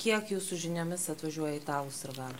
kiek jūsų žiniomis atvažiuoja italų sirgalių